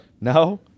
No